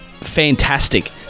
fantastic